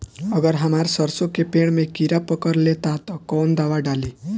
अगर हमार सरसो के पेड़ में किड़ा पकड़ ले ता तऽ कवन दावा डालि?